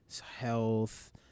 health